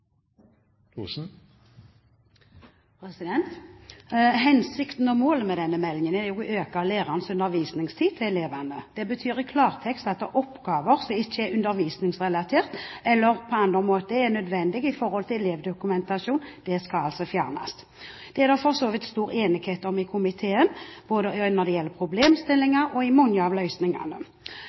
Hensikten og målet med denne meldingen er å øke lærerens undervisningstid. Det betyr i klartekst at oppgaver som ikke er undervisningsrelatert eller på andre måter er nødvendig i forhold til elevdokumentasjon, skal fjernes. Det er for så vidt stor enighet i komiteen både om problemstillinger og mange av løsningene. Men én ting er det voldsomt lite om, og